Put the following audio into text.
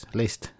list